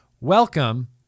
welcome